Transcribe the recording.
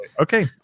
Okay